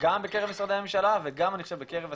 גם בקרב משרדי הממשלה וגם בקרב הציבור,